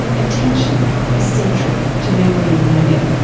attention is central to memory and learning.